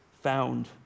found